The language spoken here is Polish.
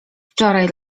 wczoraj